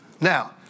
Now